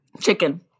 Chicken